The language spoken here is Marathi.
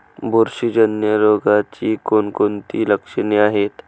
बुरशीजन्य रोगाची कोणकोणती लक्षणे आहेत?